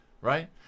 right